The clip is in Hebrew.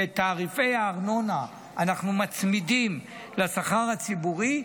שאת תעריפי הארנונה אנחנו מצמידים לשכר הציבורי,